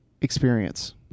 experience